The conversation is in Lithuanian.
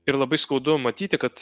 ir labai skaudu matyti kad